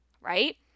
Right